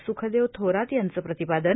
सुखदेव थोरात यांचं प्रतिपादन